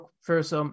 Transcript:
First